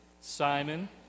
Simon